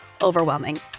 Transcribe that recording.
overwhelming